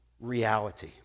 reality